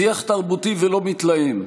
שיח תרבותי ולא מתלהם.